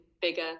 bigger